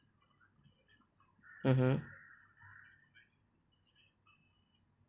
mmhmm